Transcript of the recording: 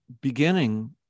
beginning